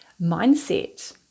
mindset